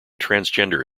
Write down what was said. transgender